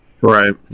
Right